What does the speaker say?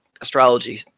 astrology